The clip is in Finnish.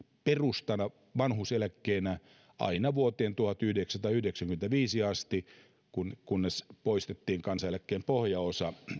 perustana vanhuuseläkkeenä aina vuoteen tuhatyhdeksänsataayhdeksänkymmentäviisi asti kunnes poistettiin kansaneläkkeen pohjaosa